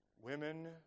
Women